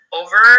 over